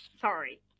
Sorry